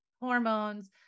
hormones